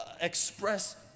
express